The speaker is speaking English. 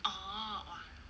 orh !wah!